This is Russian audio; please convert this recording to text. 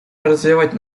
развить